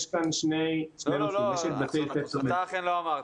יש כאן שני -- אתה אכן לא אמרת.